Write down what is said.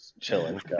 Chilling